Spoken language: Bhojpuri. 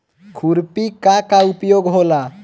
खुरपी का का उपयोग होला?